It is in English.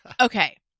Okay